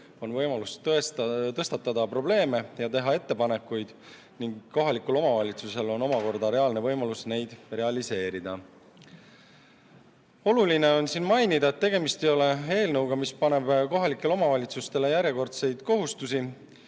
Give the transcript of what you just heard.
on võimalus tõstatada probleeme ja teha ettepanekuid ning kohalikul omavalitsusel on omakorda reaalne võimalus neid realiseerida. Oluline on mainida, et tegemist ei ole eelnõuga, mis paneb kohalikele omavalitsustele järjekordseid kohustusi,